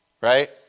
right